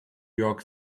york